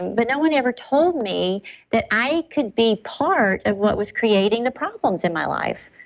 but no one ever told me that i could be part of what was creating the problems in my life.